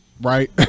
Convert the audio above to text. Right